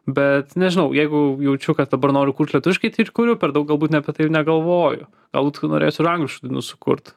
bet nežinau jeigu jaučiu kad dabar noriu kurt lietuviškai ir kuriu per daug galbūt ne apie tai ir negalvoju galbūt norėsiu ir angliškų dainų sukurt